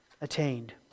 attained